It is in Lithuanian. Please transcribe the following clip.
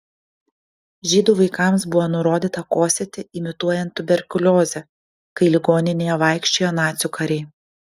žydų vaikams buvo nurodyta kosėti imituojant tuberkuliozę kai ligoninėje vaikščiojo nacių kariai